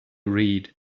read